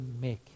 make